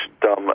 dumb